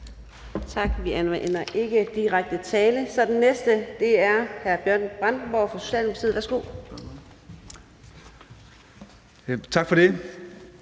Tak. Vi anvender ikke direkte tiltale. Den næste er hr. Bjørn Brandenborg fra Socialdemokratiet. Værsgo. Kl.